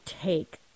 take